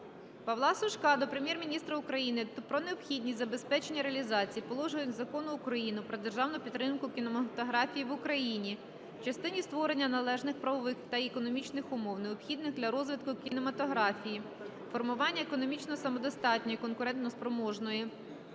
Павла Сушка до Прем'єр-міністра України про необхідність забезпечення реалізації положень Закону України "Про державну підтримку кінематографії в Україні" в частині створення належних правових і економічних умов, необхідних для розвитку кінематографії, формування економічно самодостатньої, конкурентоспроможної